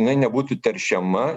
jinai nebūtų teršiama